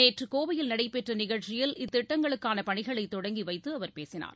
நேற்று கோவையில் நடைபெற்ற நிகழ்ச்சியில் இத்திட்டங்களுக்கான பணிகளை தொடங்கி வைத்து அவர் பேசினார்